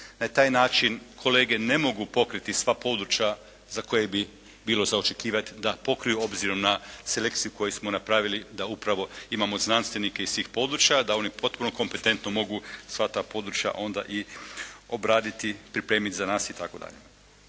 Na taj način kolege ne mogu pokriti sva područja za koje bi bilo za očekivati da pokriju obzirom na selekciju koju smo napravili da upravo imamo znanstvenike iz tih područja, da oni potpuno kompetentno mogu sva ta područja onda i obraditi, pripremiti za nas itd.